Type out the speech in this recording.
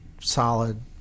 solid